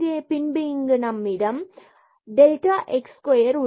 பின்பு இங்கு நம்மிடம் delta x square உள்ளது